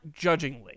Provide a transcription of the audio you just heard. judgingly